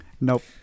Nope